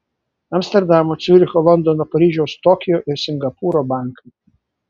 amsterdamo ciuricho londono paryžiaus tokijo ir singapūro bankai